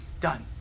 done